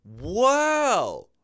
Wow